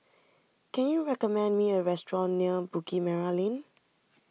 can you recommend me a restaurant near Bukit Merah Lane